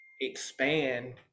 expand